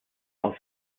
aus